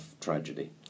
tragedy